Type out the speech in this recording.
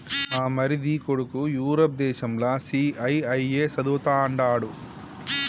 మా మరిది కొడుకు యూరప్ దేశంల సీఐఐఏ చదవతండాడు